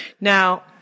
Now